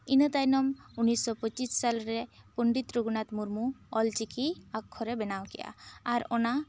ᱤᱱᱟᱹ ᱛᱟᱭᱱᱚᱢ ᱩᱱᱤᱥᱥᱚ ᱯᱚᱪᱤᱥ ᱥᱟᱞ ᱨᱮ ᱯᱚᱱᱰᱤᱛ ᱨᱟᱹᱜᱩᱱᱟᱛᱷ ᱢᱩᱨᱢᱩ ᱚᱞ ᱪᱤᱠᱤ ᱟᱠᱠᱷᱚᱨᱮ ᱵᱮᱱᱟᱣ ᱠᱮᱜᱼᱟ ᱟᱨ ᱚᱱᱟ